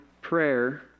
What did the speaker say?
prayer